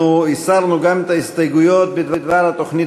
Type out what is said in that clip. אנחנו הסרנו גם את ההסתייגות בדבר התוכנית